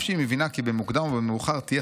אף שהיא מבינה כי במוקדם או במאוחר תהיה